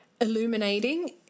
illuminating